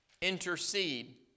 Intercede